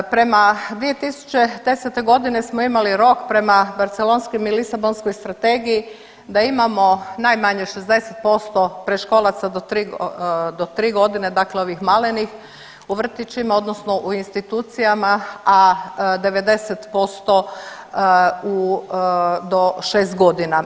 Prema 2010. godini smo imali rok prema Barcelonskoj i Lisabonskoj strategiji da imamo najmanje 60% predškolaca do tri godine, dakle ovih malenih u vrtićima, odnosno u institucijama, a 90% do šest godina.